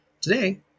Today